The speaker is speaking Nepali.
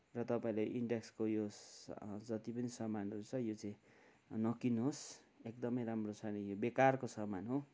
र तपाईँले इन्टेक्सको यो जति पनि समानहरू छ यो चाहिँ नकिन्नुहोस् एकदमै राम्रो छैन यो बेकारको सामान हो